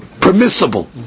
permissible